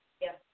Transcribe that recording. Yes